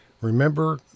Remember